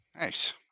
Nice